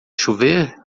chover